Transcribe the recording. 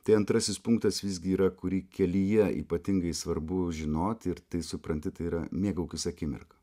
tai antrasis punktas visgi yra kurį kelyje ypatingai svarbu žinoti ir tai supranti tai yra mėgaukis akimirka